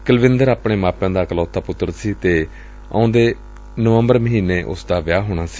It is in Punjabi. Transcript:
ਕੁਲਵਿੰਦਰ ਆਪਣੇ ਮਾਪਿਆਂ ਦਾ ਇਕਲੌਤਾ ਪੁੱਤਰ ਸੀ ਅਤੇ ਨਵੰਬਰ ਮਹੀਨੇ ਉਸ ਦਾ ਵਿਆਹ ਹੋਣਾ ਸੀ